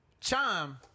Chime